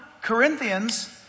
Corinthians